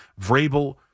Vrabel